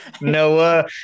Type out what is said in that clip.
Noah